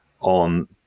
on